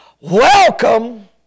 Welcome